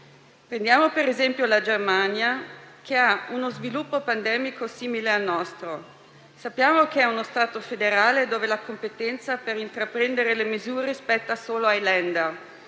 Prendiamo per esempio la Germania, che ha uno sviluppo pandemico simile al nostro. Sappiamo che è uno Stato federale, dove la competenza per intraprendere le misure spetta solo ai *Land*.